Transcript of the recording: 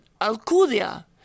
Alcudia